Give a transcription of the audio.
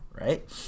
right